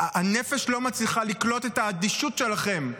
הנפש לא מצליחה לקלוט את האדישות שלכם,